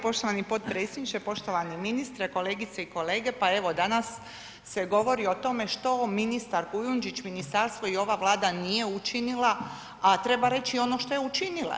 Poštovani potpredsjedniče, poštovani ministre, kolegice i kolege, pa evo danas se govori o tome što ministar Kujundžić, ministarstvo i ova Vlada nije učinila, a treba reći i ono što je učinila.